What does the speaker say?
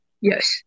Yes